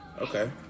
okay